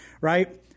Right